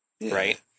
right